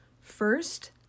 First